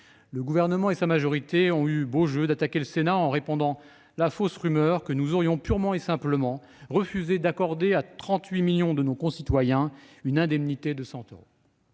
Le Gouvernement et sa majorité ont eu beau jeu d'attaquer le Sénat, en répandant la fausse rumeur selon laquelle nous aurions purement et simplement refusé d'accorder à 38 millions de nos concitoyens une indemnité de 100 euros.